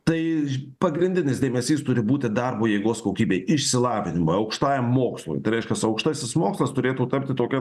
tai pagrindinis dėmesys turi būti darbo jėgos kokybei išsilavinimui aukštajam mokslui tai reiškias aukštasis mokslas turėtų tapti tokia